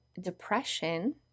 depression